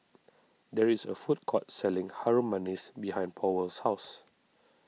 there is a food court selling Harum Manis behind Powell's house